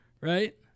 right